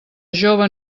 jove